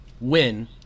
win